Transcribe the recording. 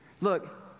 Look